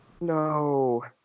No